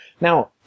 Now